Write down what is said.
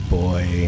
boy